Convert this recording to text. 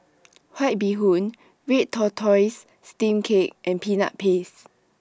White Bee Hoon Red Tortoise Steamed Cake and Peanut Paste